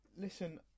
listen